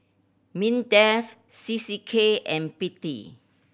MINDEF C C K and P T